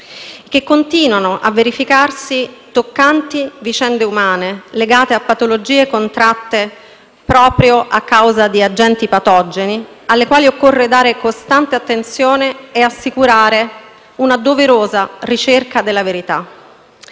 continuano a verificarsi toccanti vicende umane legate a patologie contratte a causa di agenti patogeni, alle quali occorre dare costante attenzione e assicurare una doverosa ricerca della verità;